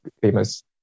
famous